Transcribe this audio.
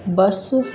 bus